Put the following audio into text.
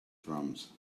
drums